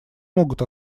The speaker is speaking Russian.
могут